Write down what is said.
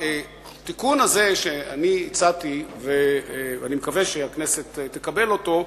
בתיקון הזה שהצעתי, ואני מקווה שהכנסת תקבל אותו,